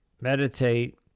meditate